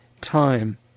time